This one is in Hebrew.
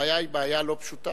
הבעיה היא בעיה לא פשוטה.